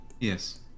Yes